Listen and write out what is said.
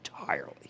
entirely